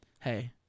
hey